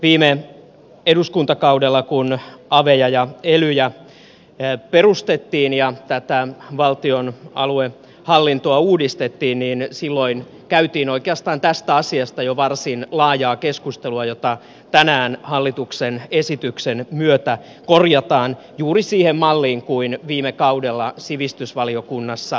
viime eduskuntakaudella kun aveja ja elyjä perustettiin ja tätä valtion aluehallintoa uudistettiin käytiin oikeastaan tästä asiasta jo varsin laajaa keskustelua jota tänään hallituksen esityksen myötä korjataan juuri siihen malliin kuin viime kaudella sivistysvaliokunnassa